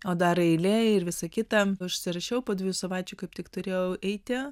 o dar eilė ir visą kitą užsirašiau po dviejų savaičių kaip tik turėjau eiti